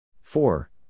Four